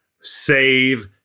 save